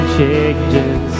changes